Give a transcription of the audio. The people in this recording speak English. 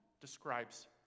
describes